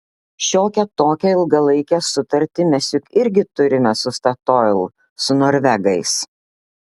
šiokią tokią ilgalaikę sutartį mes juk irgi turime su statoil su norvegais